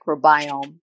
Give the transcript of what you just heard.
microbiome